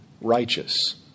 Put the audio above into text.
righteous